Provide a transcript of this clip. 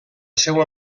seua